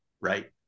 right